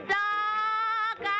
dark